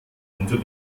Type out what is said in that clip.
unter